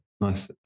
Nice